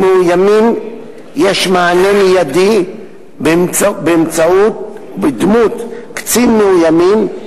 למאוימים יש מענה מיידי בדמות קצין מאוימים,